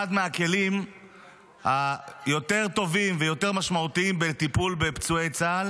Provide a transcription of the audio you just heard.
אחד מהכלים הטובים יותר והמשמעותיים יותר בטיפול בפצועי צה"ל